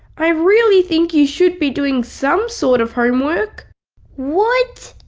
i really think you should be doing some sort of homework what?